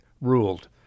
ruled